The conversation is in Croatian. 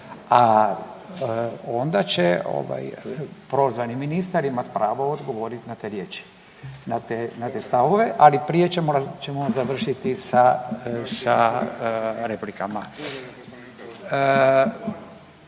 a onda će prozvani ministar imati pravo odgovoriti na te riječi, na te stavove, ali prije ćemo završiti sa replikama.